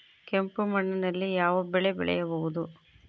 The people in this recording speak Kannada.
ಕೆಂಪು ಮಣ್ಣಿನಲ್ಲಿ ಯಾವ ಬೆಳೆ ಬೆಳೆಯಬಹುದು?